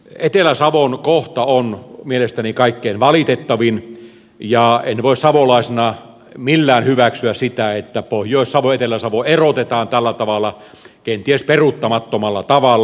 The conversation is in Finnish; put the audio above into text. etelä savon kohtalo on mielestäni kaikkein valitettavin ja en voi savolaisena millään hyväksyä sitä että pohjois savo ja etelä savo erotetaan tällä tavalla kenties peruuttamattomalla tavalla